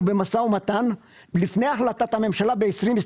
במשא ומתן לפני החלטת הממשלה ב-2021,